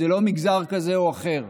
זה לא מגזר כזה או אחר.